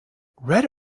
red